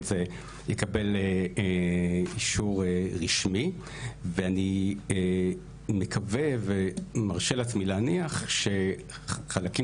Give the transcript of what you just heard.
זה יקבל אישור רשמי ואני מקווה ומרשה לעצמי להניח שחלקים